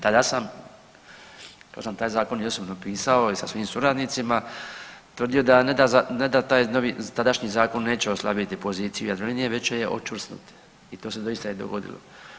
Tada sam, ja sam taj zakon i osobno pisao i sa svojim suradnicima, tvrdio da ne da taj novi, tadašnji zakon neće oslabiti poziciju Jadrolinije već će je očvrsnuti i to se doista i dogodilo.